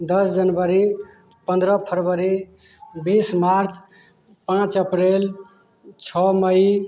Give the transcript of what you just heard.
दस जनवरी पन्द्रह फरवरी बीस मार्च पाँच अप्रैल छः मई